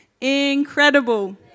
incredible